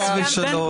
חס וחלילה,